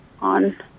on